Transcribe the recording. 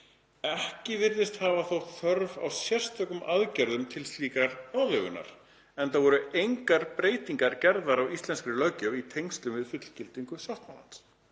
Ekki virðist hafa þótt þörf á sérstökum aðgerðum til slíkrar aðlögunar, enda voru engar breytingar gerðar á íslenskri löggjöf í tengslum við fullgildingu sáttmálans.